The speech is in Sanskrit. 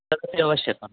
तर्हि अवश्यकम्